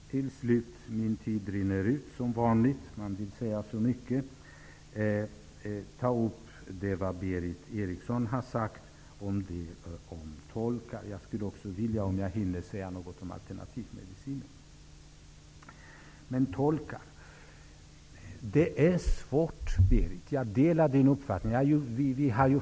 Min taletid rinner som vanligt ut, men jag skulle vilja ta upp det Berith Eriksson sade om tolkar. Om jag hinner vill jag också säga något om den alternativa medicinen. Det här med tolkar är svårt.